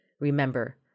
Remember